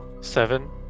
seven